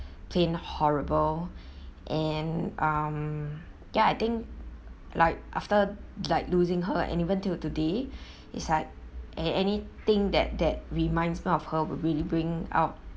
plain horrible and um ya I think like after like losing her and even till today is like and anything that that reminds me of her would really bring out